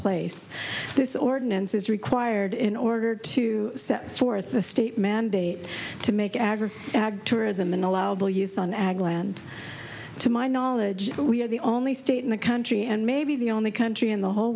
this ordinance is required in order to set forth the state mandate to make average tourism an allowable use on ag land to my knowledge we are the only state in the country and may be the only country in the whole